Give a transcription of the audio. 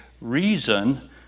reason